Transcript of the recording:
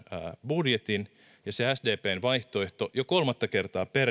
budjetin se sdpn vaihtoehto jo kolmatta kertaa